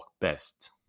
best